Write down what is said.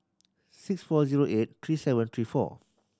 six four zero eight three seven three four